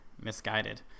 misguided